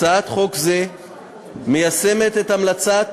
הצעת חוק זו מיישמת את המלצת